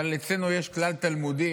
אבל אצלנו יש כלל תלמודי,